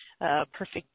perfect